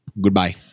Goodbye